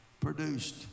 produced